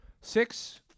Six